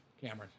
Cameron